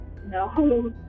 No